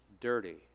dirty